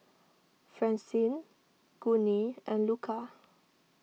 Francine Gurney and Luca